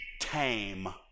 tame